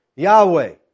Yahweh